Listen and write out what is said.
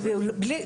ושבים,